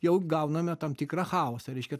jau gauname tam tikrą chaosą reiškia